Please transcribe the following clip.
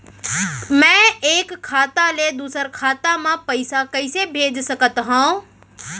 मैं एक खाता ले दूसर खाता मा पइसा कइसे भेज सकत हओं?